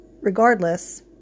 regardless